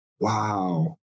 Wow